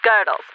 girdles